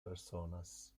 personas